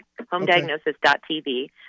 homediagnosis.tv